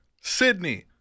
Sydney